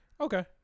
okay